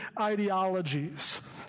ideologies